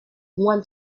want